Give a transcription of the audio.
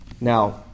now